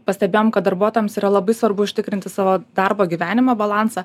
pastebėjom kad darbuotojams yra labai svarbu užtikrinti savo darbo gyvenimo balansą